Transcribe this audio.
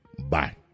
Bye